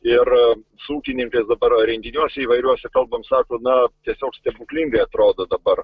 ir su ūkininkais dabar renginiuose įvairiuose kalbam sako na tiesiog stebuklingai atrodo dabar